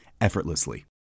effortlessly